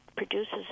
Produces